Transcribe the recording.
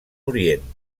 orient